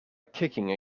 kicking